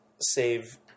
save